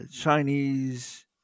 Chinese